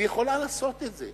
והיא יכולה לעשות את זה,